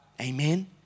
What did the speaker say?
Amen